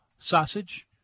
Sausage